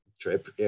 trip